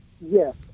Yes